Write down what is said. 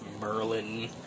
Merlin